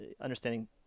understanding